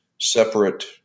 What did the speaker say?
separate